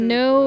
no